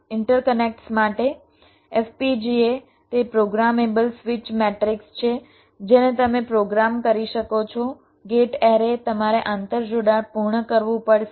interconnects માટે FPGA તે programmable switch matrix છે જેને તમે પ્રોગ્રામ કરી શકો છો ગેટ એરે તમારે આંતરજોડાણ પૂર્ણ કરવું પડશે